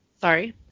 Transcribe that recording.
Sorry